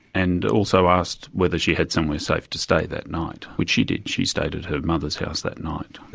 and also asked whether she had somewhere safe to stay that night, which she did, she stayed at her mother's house that night.